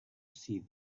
see